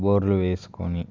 బోర్లు వేసుకుని